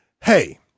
hey